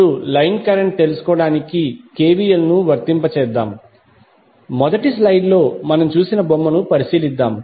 ఇప్పుడు line current తెలుసుకోవడానికి KVL ను వర్తింపజేద్దాం మొదటి స్లైడ్ లో మనం చూసిన బొమ్మను పరిశీలిద్దాం